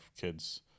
kids